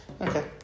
okay